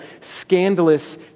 scandalous